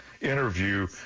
interview